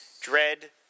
Dread